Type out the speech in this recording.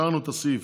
השארנו את הסעיף